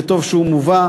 וטוב שהוא מובא.